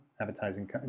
advertising